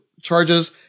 charges